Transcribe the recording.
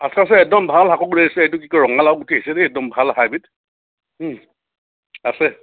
আছে আছে একদম ভাল এইটো কি কয় ৰঙালা গুটি আহিছে দে একদম ভাল হাইব্ৰীড আছে